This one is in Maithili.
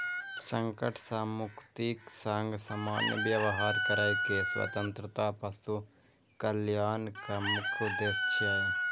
संकट सं मुक्तिक संग सामान्य व्यवहार करै के स्वतंत्रता पशु कल्याणक मुख्य उद्देश्य छियै